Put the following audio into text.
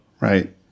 Right